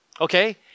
okay